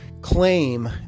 claim